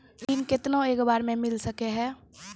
ऋण केतना एक बार मैं मिल सके हेय?